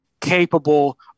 capable